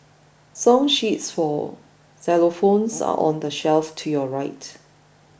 song sheets for xylophones are on the shelf to your right